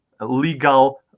legal